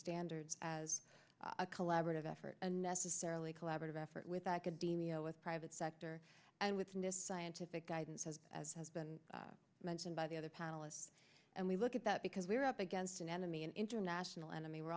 standards as a collaborative effort and necessarily a collaborative effort with academia with private sector and with nist scientific guidance as has been mentioned by the other panelists and we look at that because we're up against an enemy an international enemy we're